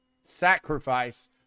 Sacrifice